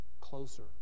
closer